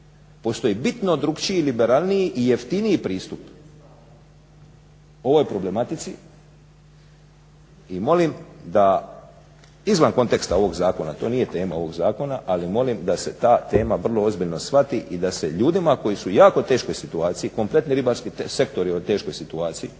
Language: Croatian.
postoji bitno drukčiji, liberalniji i jeftiniji pristup ovoj problematici. I molim da izvan konteksta ovog zakona, to nije tema ovog zakona, ali molim da se ta tema vrlo ozbiljno shvati i da se ljudima koji su u jako teškoj situaciji kompletni ribarski sektor je u teškoj situaciji